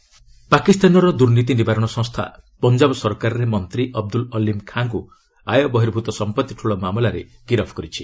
Pak minister arrest ପାକିସ୍ତାନର ଦ୍ର୍ନୀତି ନିବାରଣ ସଂସ୍ଥା ପଂଜାବ ସରକାରରେ ମନ୍ତ୍ରୀ ଅବଦୁଲ୍ ଅଲ୍ଲୀମ୍ ଖାଁଙ୍କୁ ଆୟ ବହିର୍ଭୁତ ସମ୍ପତ୍ତି ଠୁଳ ମାମଲାରେ ଗିରଫ କରିଛି